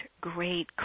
great